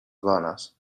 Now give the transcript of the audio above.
dones